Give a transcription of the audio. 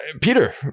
Peter